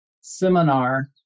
seminar